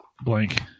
blank